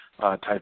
type